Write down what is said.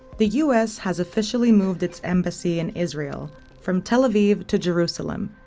the us has officially moved its embassy in israel from tel aviv to jerusalem,